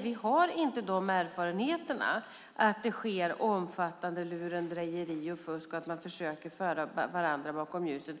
Vi har inte erfarenheten att det sker omfattande lurendrejeri och fusk eller att man försöker föra varandra bakom ljuset.